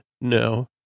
No